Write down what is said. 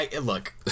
Look